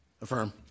Affirm